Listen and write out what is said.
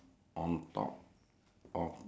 overload ah dustbin overload lah